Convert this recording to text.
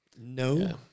no